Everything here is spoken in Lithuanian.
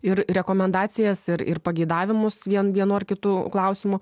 ir rekomendacijas ir ir pageidavimus vien vienu ar kitu klausimu